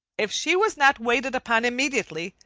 if she was not waited upon immediately,